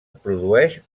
produeix